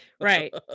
Right